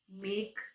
make